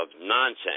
nonsense